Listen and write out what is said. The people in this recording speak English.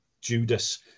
Judas